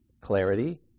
clarity